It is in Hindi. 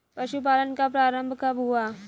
पशुपालन का प्रारंभ कब हुआ?